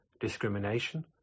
discrimination